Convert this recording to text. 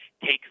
takes